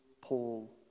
Paul